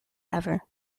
ever